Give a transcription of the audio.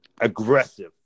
aggressive